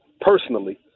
personally